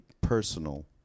personal